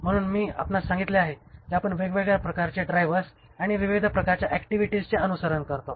म्हणून मी आपणास सांगितले आहे की आपण वेगवेगळ्या प्रकारचे ड्रायव्हर्स आणि विविध प्रकारच्या ऍक्टिव्हिटीजचे अनुसरण करतो